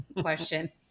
question